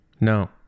no